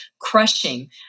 crushing